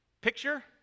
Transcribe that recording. picture